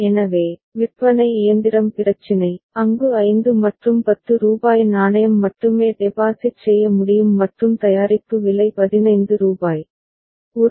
எனவே விற்பனை இயந்திரம் பிரச்சினை அங்கு 5 மற்றும் ரூபாய் 10 நாணயம் மட்டுமே டெபாசிட் செய்ய முடியும் மற்றும் தயாரிப்பு விலை ரூபாய் 15